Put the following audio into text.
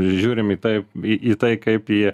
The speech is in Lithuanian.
žiūrim į tai į į tai kaip į